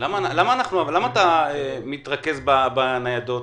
אתה מתרכז בניידות?